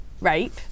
rape